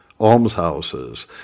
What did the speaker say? almshouses